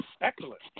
Excellent